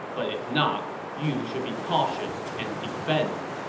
but if not, you should be cautious and defend.